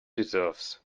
deserves